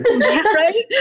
Right